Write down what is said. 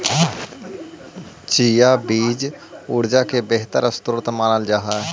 chia बीज ऊर्जा के बेहतर स्रोत मानल जा हई